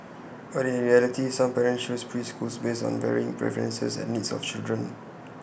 but in reality some parents choose preschools based on varying preferences and needs of children